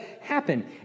happen